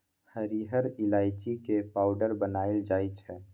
हरिहर ईलाइची के पाउडर बनाएल जाइ छै